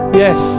yes